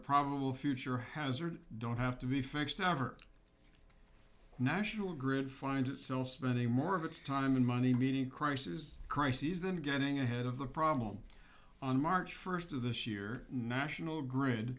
probable future hazard don't have to be fixed however national grid finds it still spending more of its time and money meeting crisis crises than getting ahead of the problem on march first of this year national grid